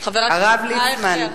הרב אייכלר,